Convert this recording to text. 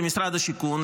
זה משרד השיכון,